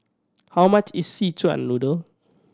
how much is Szechuan Noodle